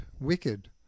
wicked